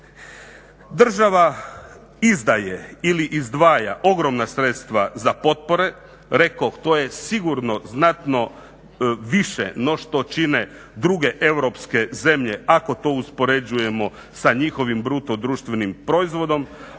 Država izdaje ili izdvaja ogromna sredstva za potpore. Rekoh to je sigurno znatno više no što čine druge europske zemlje ako to uspoređujemo sa njihovim BDP-om ali je isto